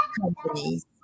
companies